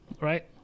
right